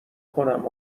کنم